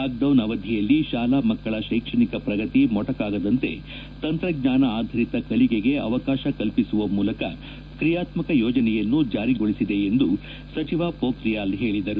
lockdown ಅವಧಿಯಲ್ಲಿ ಶಾಲಾ ಮಕ್ಕಳ ಶೈಕ್ಷಣಿಕ ಪ್ರಗತಿ ಮೊಟಾಕಾಗದಂತೆ ತಂತ್ರಜ್ಞಾನ ಆಧಾರಿತ ಕಲಿಕೆಗೆ ಅವಕಾಶ ಕಲ್ಪಿಸುವ ಮೂಲಕ ಕ್ರಿಯಾತ್ಮಕ ಯೋಜನೆಯನ್ನು ಜಾರಿಗೊಳಿಸಿದೆ ಎಂದು ಸಚಿವ ಪೋಖ್ರಿಯಾಲ್ ಹೇಳಿದರು